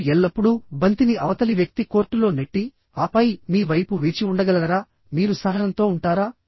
మీరు ఎల్లప్పుడూ బంతిని అవతలి వ్యక్తి కోర్టులో నెట్టి ఆపై మీ వైపు వేచి ఉండగలరా మీరు సహనంతో ఉంటారా